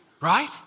Right